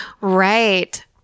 Right